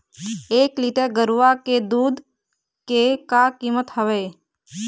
एक लीटर गरवा के दूध के का कीमत हवए?